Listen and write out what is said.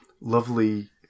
lovely